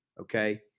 Okay